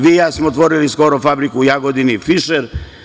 Vi i ja smo otvorili skoro fabriku u Jagodini - „Fišer“